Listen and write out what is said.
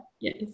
Yes